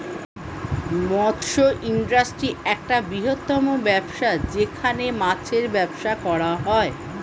মৎস্য ইন্ডাস্ট্রি একটা বৃহত্তম ব্যবসা যেখানে মাছের ব্যবসা করা হয়